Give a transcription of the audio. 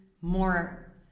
more